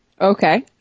Okay